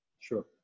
Sure